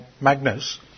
Magnus